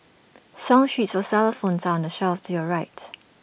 song sheets for xylophones are on the shelf to your right